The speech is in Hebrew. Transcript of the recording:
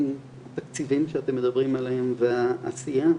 עם התקציבים שאתם מדברים עליהם והעשייה,